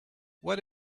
what